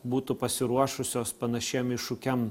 būtų pasiruošusios panašiem iššūkiam